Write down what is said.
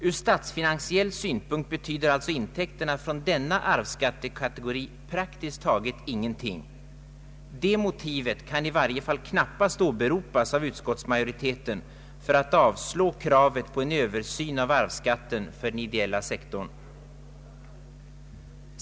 Ur skattefinansiell synpunkt betyder alltså intäkterna från denna arvsskattekategori praktiskt taget ingenting. Det motivet kan i varje fall knappast åberopas av utskottsmajoriteten för att avslå kravet på en översyn av arvsskatten för den ideella sektorn.